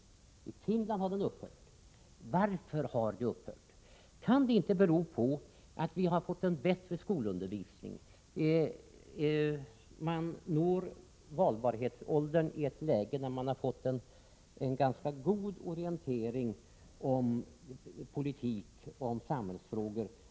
I Finland har det upphört. Varför har det upphört? Kan det inte bero på att vi har fått en bättre skolundervisning och att man når valbarhetsålder i ett läge då man fått en ganska god orientering om politik och om samhällsfrågor?